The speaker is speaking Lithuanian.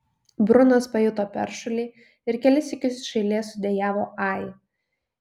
brunas pajuto peršulį ir kelis sykius iš eilės sudejavo ai